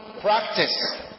practice